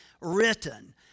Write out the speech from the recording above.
written